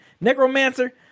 necromancer